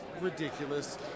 ridiculous